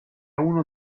uno